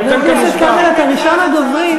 חבר הכנסת כבל, אתה ראשון הדוברים.